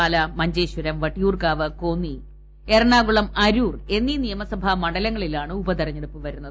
പാല മഞ്ചേശ്വരം വട്ടിയൂർക്കാവ് കോന്നി എറണാകുളം അരൂർ എന്നീ നിയമസഭാ മണ്ഡലങ്ങളിലാണ് ഉപതിരഞ്ഞെടുപ്പ് വരുന്നത്